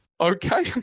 Okay